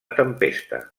tempesta